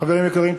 חברים יקרים,